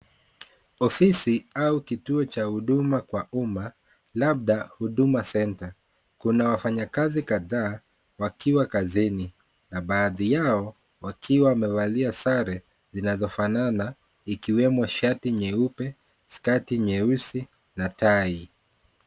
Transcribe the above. Ofisi au kituo cha huduma cha umma labda huduma centre . Kuna wafanyakazi kadhaa wakiwa kazini na baadhi yao wakiwa wamevalia sare zinazofanana ikiwemo shafi nyeupe, skati nyeusi na tai.